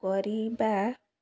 କରିବା